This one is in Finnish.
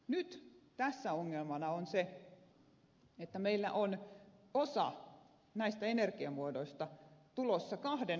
nyt tässä ongelmana on se että meillä osa näistä energiamuodoista on joutumassa kahden ohjauskeinon kohteeksi